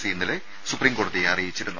E ഇന്നലെ സുപ്രീംകോടതിയെ അറിയിച്ചിരുന്നു